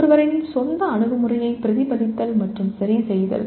ஒருவரின் சொந்த அணுகுமுறையை பிரதிபலித்தல் மற்றும் சரிசெய்தல்